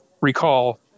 recall